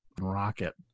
rocket